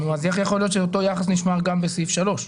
איך יכול להיות שאותו יחס נשמר גם בסעיף 3?